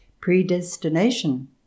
Predestination